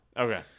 Okay